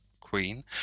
Queen